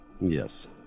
Yes